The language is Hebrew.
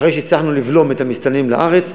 אחרי שהצלחנו לבלום את המסתננים לארץ,